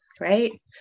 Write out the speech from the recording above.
right